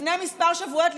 לפני כמה שבועות,